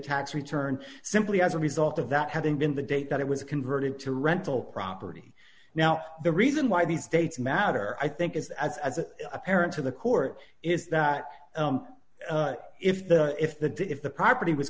tax return simply as a result of that having been the date that it was converted to rental property now the reason why these states matter i think is as as a parent to the court is that if the if the if the property was